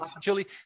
Julie